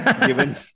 given